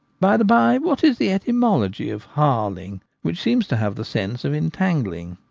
by-the-bye, what is the etymology of harling which seems to have the sense of en tangling?